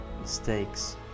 mistakes